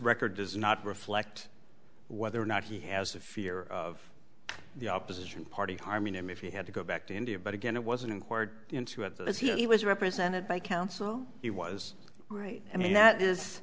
record does not reflect whether or not he has a fear of the opposition party harming him if he had to go back to india but again it wasn't in court as he was represented by counsel he was right i mean that is